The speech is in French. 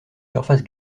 surface